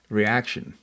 reaction